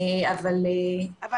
אבל --- אבל